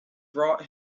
brought